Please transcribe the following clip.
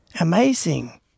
Amazing